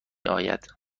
آید